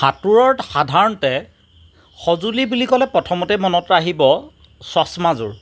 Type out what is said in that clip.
সাঁতোৰত সাধাৰণতে সঁজুলি বুলি ক'লে প্ৰথমতে মনত আহিব চশমাযোৰ